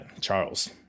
Charles